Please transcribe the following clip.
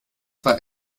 war